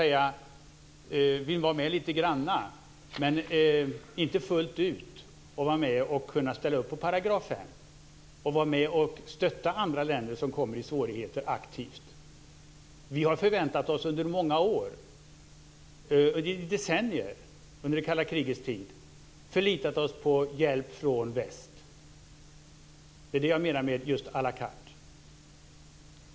Man vill vara med lite grann men inte fullt ut. Man vill inte vara med och ställa upp på § 5 och inte vara med och aktivt stödja andra länder som kommer i svårigheter. Vi har under många år, i decennier, under det kalla krigets tid förlitat oss på hjälp från väst. Det är det jag menar med just à la carte.